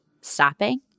stopping